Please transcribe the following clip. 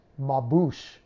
mabush